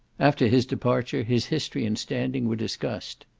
after his departure, his history and standing were discussed.